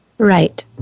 Right